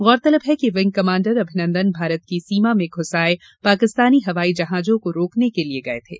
गौरतलब है कि विंग कमाण्डर अभिनन्दन भारत की सीमा में घुस आये पाकिस्तानी हवाई जहाजों को रोकने के लिये गये थे